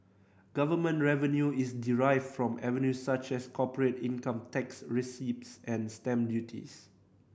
government revenue is derived from avenues such as corporate income tax receipts and stamp duties